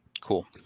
Cool